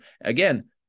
Again